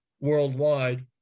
worldwide